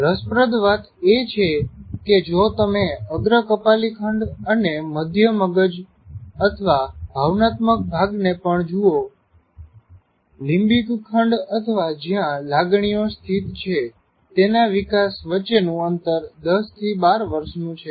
રસપ્રદ વાત એ છે કે જો તમે અગ્ર કપાલી ખંડ અને મઘ્ય મગજ અથવા ભાવનાત્મક ભાગને પણ જુઓ લિંબિક ખંડ અથવા જ્યાં લાગણીઓ સ્થિત છે તેના વિકાસ વચ્ચે નું અંતર 10 થી 12 વર્ષ નું છે